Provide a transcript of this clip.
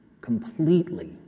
completely